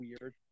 weird